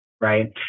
right